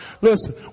Listen